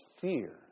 fear